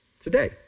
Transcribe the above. Today